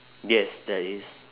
yes there is